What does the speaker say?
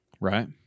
Right